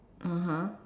(uh huh)